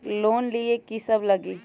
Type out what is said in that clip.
Loan लिए की सब लगी?